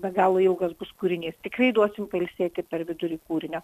be galo ilgas bus kūrinys tikrai duosim pailsėti per vidurį kūrinio